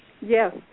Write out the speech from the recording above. Yes